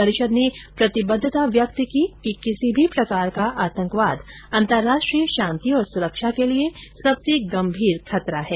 परिषद ने प्रतिबद्धता व्यक्त की कि किसी भी प्रकार का आंतकवाद अंतर्राष्ट्रीय शांति और सुरक्षा के लिए सबसे गंभीर खतरा है